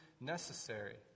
necessary